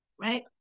right